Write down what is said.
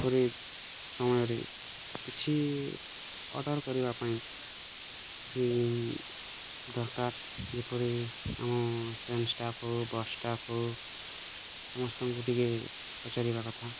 ପୁରୀ ସମୟରେ କିଛି ଅର୍ଡ଼ର୍ କରିବା ପାଇଁ ଦରକାର ଯେପରି ଆମ ଟ୍ରେନ୍ ଷ୍ଟାଫ୍ ହେଉ ବସ୍ ଷ୍ଟାଫ୍ ହେଉ ସମସ୍ତଙ୍କୁ ଟିକେ ପଚାରିବା କଥା